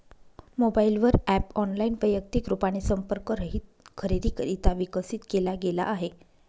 mobile वर app online, वैयक्तिक रूपाने संपर्क रहित खरेदीकरिता विकसित केला गेला आहे